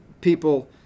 people